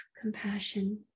compassion